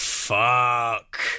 Fuck